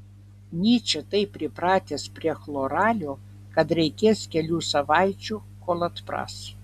nyčė taip pripratęs prie chloralio kad reikės kelių savaičių kol atpras